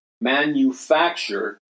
manufacture